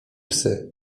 psy